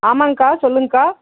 ஆமாங்கக்கா சொல்லுங்கக்கா